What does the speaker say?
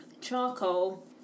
Charcoal